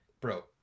Bro